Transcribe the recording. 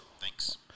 Thanks